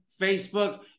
Facebook